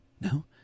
No